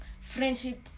friendship